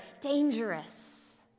dangerous